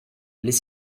les